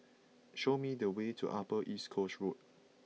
show me the way to Upper East Coast Road